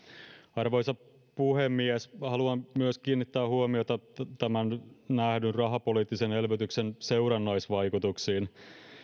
arvoisa puhemies haluan myös kiinnittää huomiota tämän nähdyn rahapoliittisen elvytyksen seurannaisvaikutuksiin